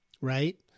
Right